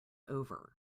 over